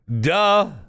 duh